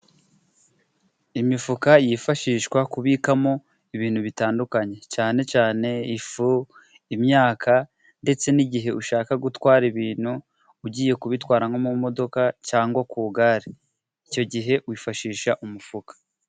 Imifuka yifashishwa kubikamo ibintu bitandukanye cyane cyane ifu imyaka ndetse n'igihe ushaka gutwara ibintu ugiye kubitwara nko mu modoka cyangwa ku gare icyo gihe wifashisha umufuka